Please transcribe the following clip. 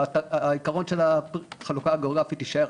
העיקרון של החלוקה הגיאוגרפית יישאר,